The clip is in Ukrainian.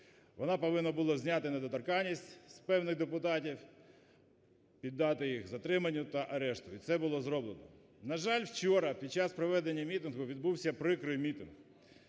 вона повинна була зняти недоторканність з певних депутатів, піддати їх затриманню та арешту, і це було зроблено. На жаль, вчора під час проведення мітингу відбувся прикрий мітинг: